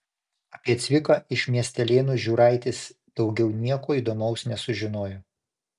apie cviką iš miestelėnų žiūraitis daugiau nieko įdomaus nesužinojo